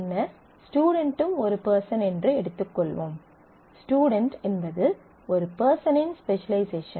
பின்னர் ஸ்டுடென்ட்டும் ஒரு பெர்சன் என்று எடுத்துக்கொள்வோம் ஸ்டுடென்ட் என்பது ஒரு பெர்சனின் ஸ்பெசலைசேஷன்